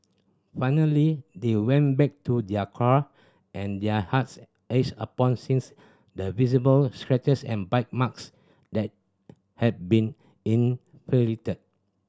finally they went back to their car and their hearts ached upon sings the visible scratches and bite marks that had been inflicted